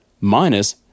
minus